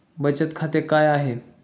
बचत खाते काय आहे?